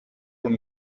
con